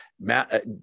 Matt